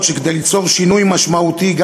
והרי כדי ליצור שינוי משמעותי,